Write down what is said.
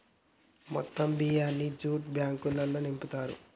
మొత్తం బియ్యాన్ని జ్యూట్ బ్యాగులల్లో నింపుతారు